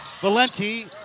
Valenti